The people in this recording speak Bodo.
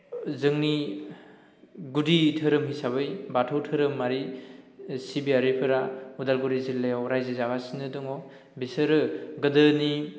जोंनि गुदि धोरोम हिसाबै बाथौ धोरोमारि सिबियारिफोरा उदालगुरि जिल्लायाव रायजो जागासिनो दं बिसोरो गोदोनि